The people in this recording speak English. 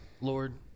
Lord